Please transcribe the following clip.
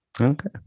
Okay